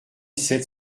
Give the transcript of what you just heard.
sept